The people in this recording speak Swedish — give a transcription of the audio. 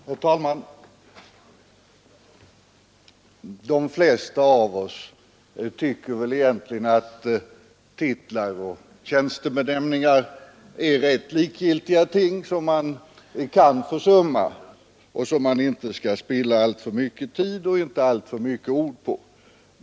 Herr talman! De flesta av oss tycker väl att titlar och tjänstebenämningar egentligen är rätt likgiltiga ting, som man kan försumma och som man inte bör spilla alltför mycken tid och för många ord på.